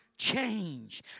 change